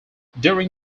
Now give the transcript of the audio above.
during